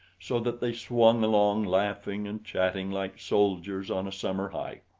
so that they swung along laughing and chatting like soldiers on a summer hike.